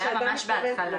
זה היה ממש בהתחלה.